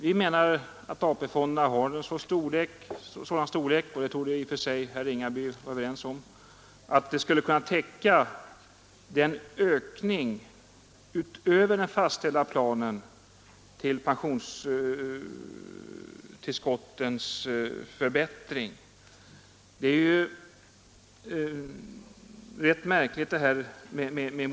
Vi menar att AP-fonderna har en sådan storlek — det torde herr Ringaby kunna vara överens med oss om — att de skulle täcka pensionstillskottens förbättring utöver den fastställda planen.